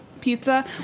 pizza